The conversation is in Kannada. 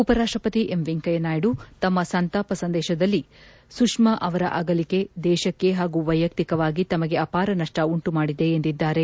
ಉಪರಾಷ್ಷಪತಿ ಎಂ ವೆಂಕಯ್ಣನಾಯ್ಡು ತಮ್ಮ ಸಂತಾಪ ಸಂದೇಶದಲ್ಲಿ ಸುಷ್ನಾ ಅವರ ಅಗಲಿಕೆ ದೇಶಕ್ಕೆ ಹಾಗೂ ವೈಯಕ್ತಿಕವಾಗಿ ತಮಗೆ ಅಪಾರ ನಷ್ಟ ಉಂಟುಮಾಡಿದೆ ಎಂದಿದ್ದಾರೆ